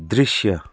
दृश्य